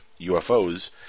UFOs